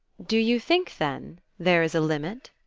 do you think, then, there is a limit?